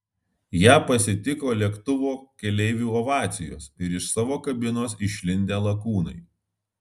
ją pasitiko lėktuvo keleivių ovacijos ir iš savo kabinos išlindę lakūnai